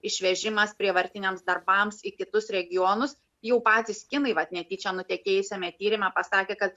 išvežimas prievartiniams darbams į kitus regionus jau patys kinai vat netyčia nutekėjusiame tyrime pasakė kad